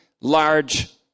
large